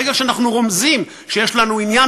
ברגע שאנחנו רומזים שיש לנו עניין